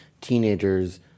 teenagers